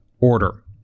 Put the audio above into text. order